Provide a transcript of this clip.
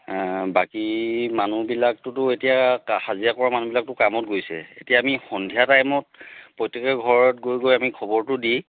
বাকী মানুহবিলাকটোতো এতিয়া হাজিৰা কৰা মানুহবিলাকতো কামত গৈছে এতিয়া আমি সন্ধিয়া টাইমত প্ৰত্যেকৰ ঘৰত গৈ গৈ আমি খবৰটো দি